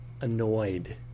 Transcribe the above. annoyed